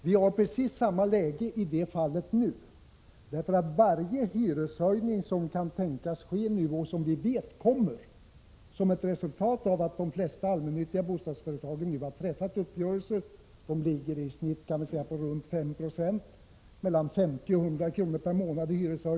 Vi har precis samma läge nu. Vi vet att hyreshöjningar kommer att ske som ett resultat av att de flesta allmännyttiga bostadsföretagen har träffat uppgörelser om hyreshöjningar på ca 5 90, dvs. mellan 50 och 100 kr. per månad.